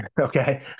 Okay